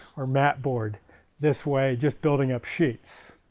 or matte board this way, just building up sheets.